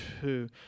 two